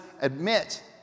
admit